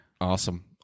Awesome